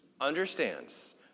understands